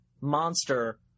monster